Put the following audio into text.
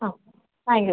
ആ